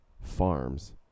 farms